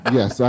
Yes